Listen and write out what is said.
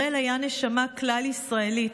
הראל היה נשמה כלל-ישראלית,